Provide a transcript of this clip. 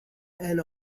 and